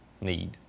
need